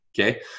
okay